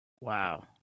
wow